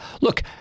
look